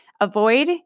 avoid